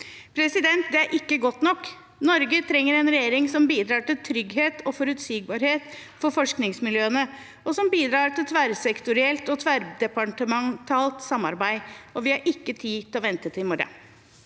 på det». Det er ikke godt nok. Norge trenger en regjering som bidrar til trygghet og forutsigbarhet for forskningsmiljøene, og som bidrar til tverrsektorielt og tverrdepartementalt samarbeid. Vi har ikke tid til å vente til i morgen.